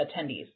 attendees